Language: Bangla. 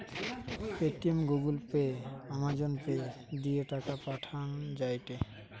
Paytm, Google pay, Amazon pay দিয়ে টাকা পাঠান যায়টে